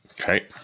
Okay